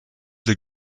the